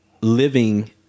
living